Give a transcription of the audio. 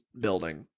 building